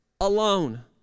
alone